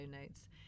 notes